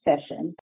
session